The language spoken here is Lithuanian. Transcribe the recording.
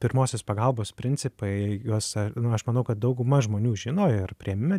pirmosios pagalbos principai juos nu aš manau kad dauguma žmonių žino ir priėmime